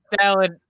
salad